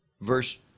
verse